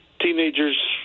teenagers